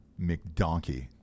McDonkey